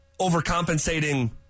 overcompensating